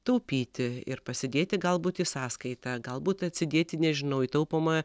taupyti ir pasidėti galbūt į sąskaitą galbūt atsidėti nežinau į taupomą